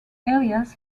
elias